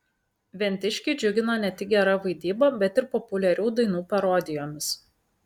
ventiškiai džiugina ne tik gera vaidyba bet ir populiarių dainų parodijomis